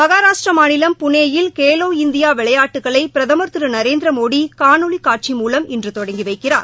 மகாராஷ்டிரா மாநிலம் புனேயில் கேலோ இந்தியா விளையாட்டுக்களை பிரதம் திரு நரேந்திரமோடி காணொலி காட்சி மூலம் இன்று தொட்ங்கி வைக்கிறார்